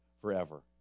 forever